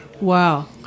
Wow